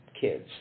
kids